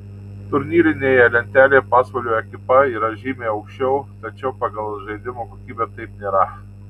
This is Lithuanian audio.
turnyrinėje lentelėje pasvalio ekipa yra žymiai aukščiau tačiau pagal žaidimo kokybę taip nėra